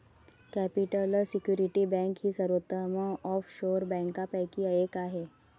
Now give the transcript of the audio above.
capital security bank ही सर्वोत्तम offshore बँकांपैकी एक आहे